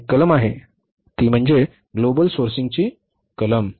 तर एक कलम आहे तो म्हणजे ग्लोबल सोर्सिंगचा कलम